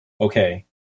Okay